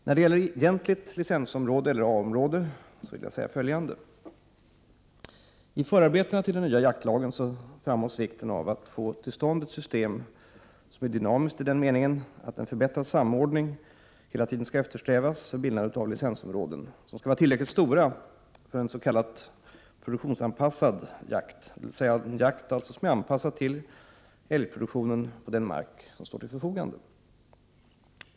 När det gäller egentligt licensområde, eller A-område, vill jag framhålla följande. I förarbetena till den nya jaktlagen framhålls vikten av att få till stånd ett system, som är dynamiskt i den meningen att en förbättrad samordning hela tiden skall eftersträvas för bildande av licensområden, vilka är tillräckligt stora för en s.k. produktionsanpassad jakt, dvs. en jakt som är anpassad till älgproduktionen på den mark som står till förfogande.